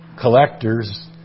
collectors